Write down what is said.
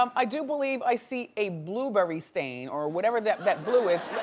um i do believe i see a blueberry stain or whatever that but blue is.